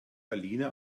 alina